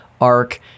arc